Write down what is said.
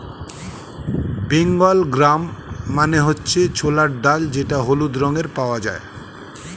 Bengal gram মানে হচ্ছে ছোলার ডাল যেটা হলুদ রঙে পাওয়া যায়